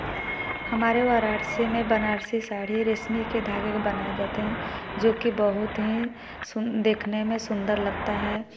हमारे वाराणसी में बनारसी साड़ी रेशमी के धागे के बनाए जाते हैं जो कि बहुत ही सुन देखने में सुंदर लगता है